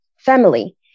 family